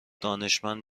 دانشمند